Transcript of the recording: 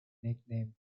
nicknamed